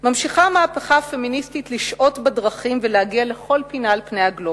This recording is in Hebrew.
ממשיכה המהפכה הפמיניסטית לשעוט בדרכים ולהגיע לכל פינה על פני הגלובוס.